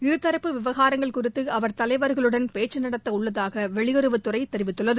இருதரப்பு விவகாரஙகள் குறித்து அவர் தலைவா்களுடன் பேச்சு நடத்த உள்ளதாக வெளியுறவுத்துறை தெரிவித்துள்ளது